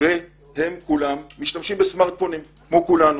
והם כולם משתמשים בסמרטפונים כמו כולנו.